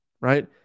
right